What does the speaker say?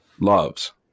Loves